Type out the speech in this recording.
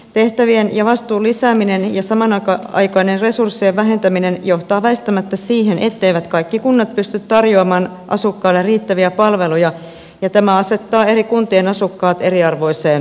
tehtävien ja vastuun lisääminen ja samanaikainen resurssien vähentäminen johtaa väistämättä siihen etteivät kaikki kunnat pysty tarjoamaan asukkaille riittäviä palveluja ja tämä asettaa eri kuntien asukkaat eriarvoiseen asemaan